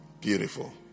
Beautiful